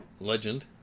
Legend